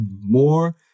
more